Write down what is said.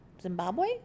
Zimbabwe